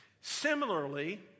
Similarly